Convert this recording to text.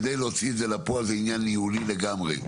כדי להוציא את זה לפועל זה עניין ניהולי לגמרי.